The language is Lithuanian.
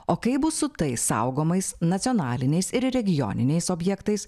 o kaip bus su tais saugomais nacionaliniais ir regioniniais objektais